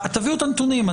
תביאו את הנתונים.